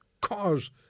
cause